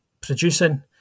producing